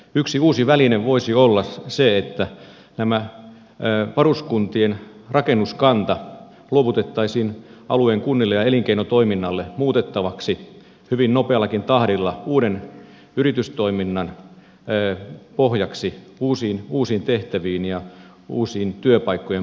yksi uusi väline voisi olla se että varuskuntien rakennuskanta luovutettaisiin alueen kunnille ja elinkeinotoiminnalle muutettavaksi hyvin nopeallakin tahdilla uuden yritystoiminnan pohjaksi uusiin tehtäviin ja uusien työpaikkojen pohjaksi